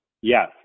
Yes